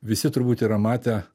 visi turbūt yra matę